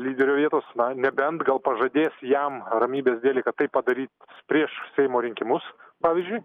lyderio vietos na nebent gal pažadės jam ramybės dėlei kad tai padaryt prieš seimo rinkimus pavyzdžiui